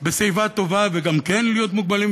בשיבה טובה וגם כן להיות מוגבלים.